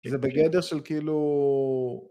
זה בגדר של כאילו...